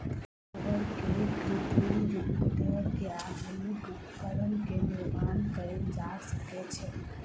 रबड़ के कृत्रिम रूप दय के आधुनिक उपकरण के निर्माण कयल जा सकै छै